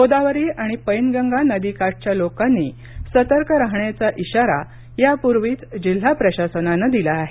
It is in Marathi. गोदावरी आणि पैनगंगा नदी काठच्या लोकांनी सतर्क राहण्याचा ईशारा यापुर्वीच जिल्हा प्रशासनाने दिला आहे